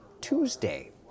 Tuesday